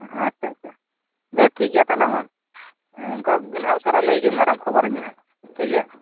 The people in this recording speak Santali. ᱦᱮᱸ ᱟᱪᱪᱷᱟ ᱟᱪᱷᱟ ᱵᱮᱥ ᱴᱷᱤᱠ ᱜᱮᱭᱟ ᱛᱟᱞᱦᱮ ᱢᱟ ᱦᱮᱸ ᱚᱱᱠᱟ ᱠᱚᱜᱮ ᱩᱥᱟᱹᱨᱟ ᱞᱟᱹᱭᱟᱠᱤᱱ ᱢᱮ ᱟᱨᱮᱢ ᱠᱷᱚᱵᱚᱨᱤᱧᱟᱹ ᱦᱟᱸᱜ ᱴᱷᱤᱠ ᱜᱮᱭᱟ